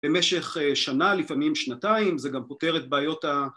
במשך שנה, לפעמים שנתיים, זה גם פותר את בעיות ה...